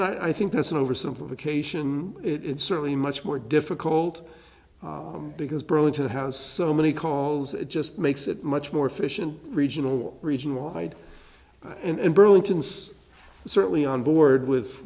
mean i think that's an oversimplification it's certainly much more difficult because burlington has so many calls it just makes it much more efficient regional region wide and burlington is certainly on board with